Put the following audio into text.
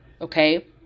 okay